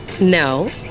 No